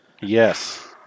Yes